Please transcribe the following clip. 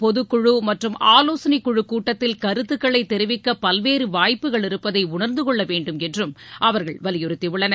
பொதுக்குழு மற்றும் ஆவோசனை குழுக் கூட்டத்தில் கருத்துக்களை தெரிவிக்க பல்வேறு வாய்ப்புகள் இருப்பதை உணர்ந்து கொள்ள வேண்டும் என்றும் அவர்கள் வலியுறுத்தியுள்ளனர்